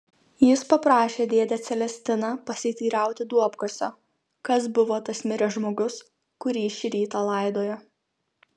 jis paprašė dėdę celestiną pasiteirauti duobkasio kas buvo tas miręs žmogus kurį šį rytą laidojo